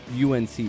UNC